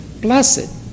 Blessed